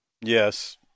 Yes